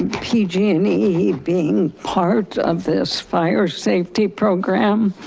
pg and e being part of this fire safety program.